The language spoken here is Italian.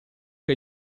che